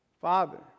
Father